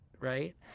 right